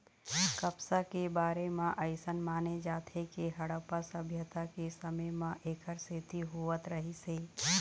कपसा के बारे म अइसन माने जाथे के हड़प्पा सभ्यता के समे म एखर खेती होवत रहिस हे